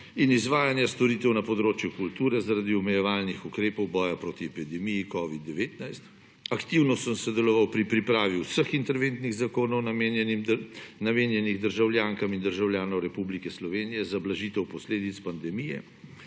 in izvajanja storitev na področju kulture zaradi omejevalnih ukrepov boja proti epidemiji covid-19. Aktivno sem sodeloval pri pripravi vseh interventnih zakonih, namenjenih državljankam in državljanom Republike Slovenije za blažitev posledic pandemije.